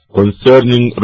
concerning